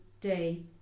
day